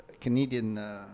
Canadian